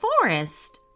forest